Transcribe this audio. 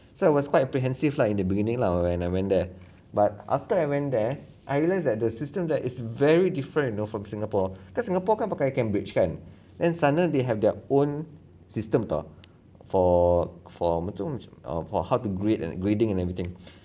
so it was quite apprehensive lah in the beginning lah or when I went there but after I went there I realize that the system there is very different you know from singapore cause singapore kan pakai cambridge kan and sana they have their own system [tau] ah for apa tu macam for how to grade and grading and everything